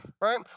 right